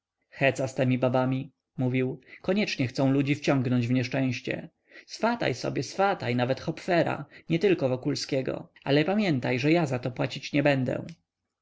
z temi babami mówił koniecznie chcą ludzi wciągać w nieszczęście swataj sobie swataj nawet hopfera nietylko wokulskiego ale pamiętaj że ja zato płacić nie będę